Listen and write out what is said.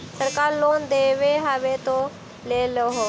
सरकार लोन दे हबै तो ले हो?